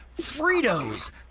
Fritos